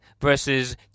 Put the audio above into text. versus